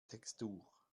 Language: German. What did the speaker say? textur